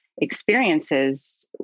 experiences